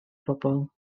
bobl